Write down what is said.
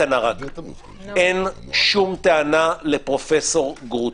אין לי שום טענה לפרופ' גרוטו.